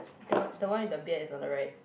the the one with the beard is on the right